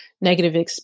negative